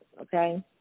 okay